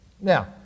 now